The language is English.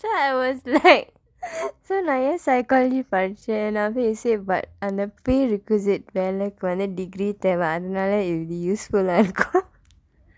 then I was like so நா ஏன்:naa een psychology படிச்சேன்:padichseen then after that he said but அந்த:andtha prerequisite வேலைக்கு வந்து:veelaikku vandthu degree தேவை அதுனால இது:theevai athanaala ithu useful-aa இருக்கும்:irrukum